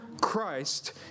Christ